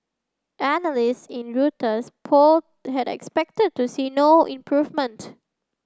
analysts in Reuters poll had expected to see no improvement